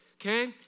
Okay